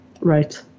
Right